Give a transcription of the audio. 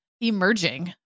emerging